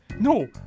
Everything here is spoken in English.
No